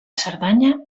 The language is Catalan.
cerdanya